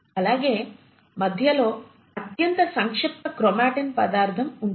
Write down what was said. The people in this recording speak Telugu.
అలాగే మధ్యలో అత్యంత సంక్షిప్త క్రోమాటిన్ పదార్ధం ఉంటుంది